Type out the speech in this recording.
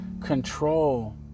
control